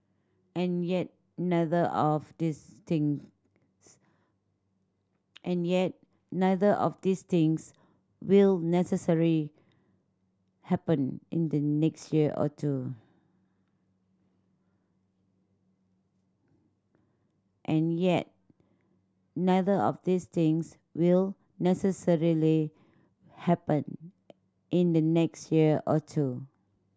and yet neither of these things and yet neither of these things will necessarily happen in the next year or two